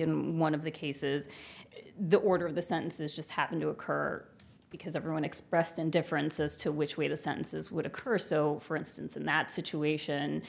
in one of the cases the order of the sentences just happened to occur because everyone expressed an difference as to which way the sentences would occur so for instance in that situation